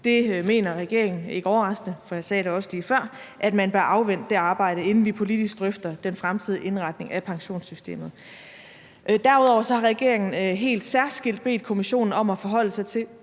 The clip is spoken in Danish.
sømmene. Regeringen mener ikke overraskende, for jeg sagde det også lige før, at man bør afvente det arbejde, inden vi politisk drøfter den fremtidige indretning af pensionssystemet. Derudover har regeringen helt særskilt bedt kommissionen om at forholde sig til